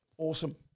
Awesome